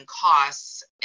costs